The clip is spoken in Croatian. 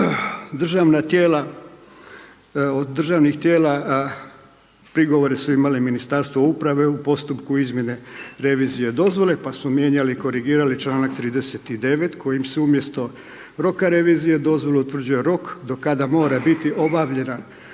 od državnih tijela prigovore su imali Ministarstvo uprave u postupku izmjene revizije dozvole pa su mijenjali, korigirali članak 39. kojim su umjesto roka revizije, dozvola utvrđuje rok do kada mora biti obavljena provjera